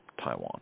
Taiwan